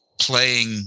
playing